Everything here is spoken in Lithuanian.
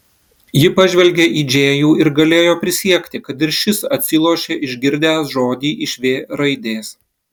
ji pažvelgė į džėjų ir galėjo prisiekti kad ir šis atsilošė išgirdęs žodį iš v raidės